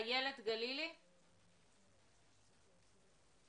צריך להיות הגון ולומר,